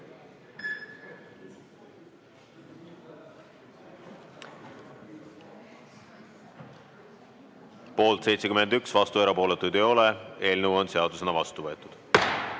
Poolt 71, vastu ega erapooletu keegi ei ole. Eelnõu on seadusena vastu võetud.